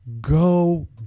go